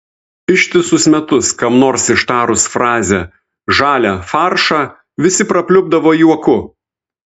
ištisus metus kam nors ištarus frazę žalią faršą visi prapliupdavo juoku